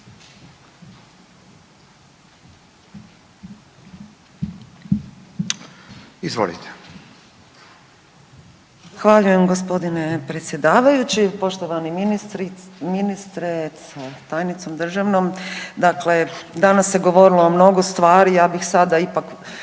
Zahvaljujem g. predsjedavajući, poštovani ministre sa tajnicom državnom. Dakle danas se govorilo o mnogo stvari, ja bih sada ipak